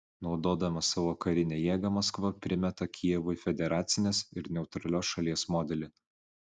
naudodama savo karinę jėgą maskva primeta kijevui federacinės ir neutralios šalies modelį